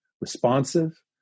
responsive